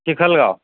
Chikhalgaon